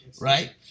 right